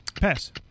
Pass